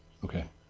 okay?